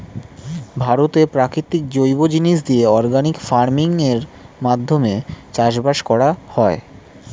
ভারতে প্রাকৃতিক জৈব জিনিস দিয়ে অর্গানিক ফার্মিং এর মাধ্যমে চাষবাস করা হয়